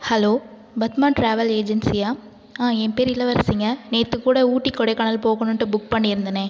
hello Padma travel ஏஜென்ஸியா என் பேர் இளவரசிங்க நேற்றுக்கூட ஊட்டி கொடைக்கானல் போகணுன்ட்டு புக் பண்ணி இருந்தனே